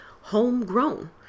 homegrown